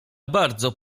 bardzo